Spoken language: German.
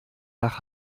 nach